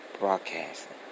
Broadcasting